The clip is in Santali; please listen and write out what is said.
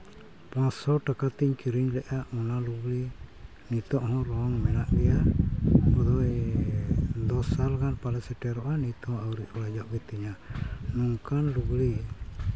ᱯᱟᱸᱪᱥᱚ ᱴᱟᱠᱟ ᱛᱮᱧ ᱠᱤᱨᱤᱧ ᱞᱮᱜᱼᱟ ᱚᱱᱟ ᱞᱩᱜᱽᱲᱤᱡ ᱱᱤᱛᱚᱜ ᱦᱚᱸ ᱨᱚᱝ ᱢᱮᱱᱟᱜ ᱜᱮᱭᱟ ᱢᱚᱱᱮ ᱦᱚᱭ ᱫᱚᱥ ᱥᱟᱞ ᱜᱟᱱ ᱯᱟᱞᱮ ᱥᱮᱴᱮᱨᱚᱜᱼᱟ ᱱᱤᱛ ᱦᱚᱸ ᱟᱣᱨᱤ ᱚᱲᱮᱡᱚᱜ ᱜᱮᱛᱤᱧᱟ ᱱᱚᱝᱠᱟᱱ ᱞᱩᱜᱽᱲᱤᱡ